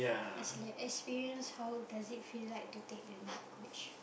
as in like experience how does it feel like to take the night coach